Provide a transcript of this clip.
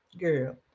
girl